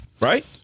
right